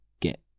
get